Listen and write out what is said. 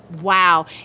Wow